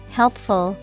helpful